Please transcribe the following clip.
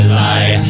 lie